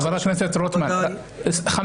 חבר הכנסת רוטמן, רק